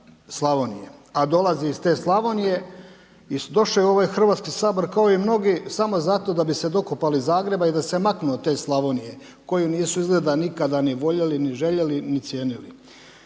a dolazi iz te Slavonije i došao je u ovaj Hrvatski sabor kao i mnogi samo zato da bi se dokopali Zagreba i da se maknu od te Slavonije koju nisu izgleda nikada ni voljeli, ni željeli, ni cijenili.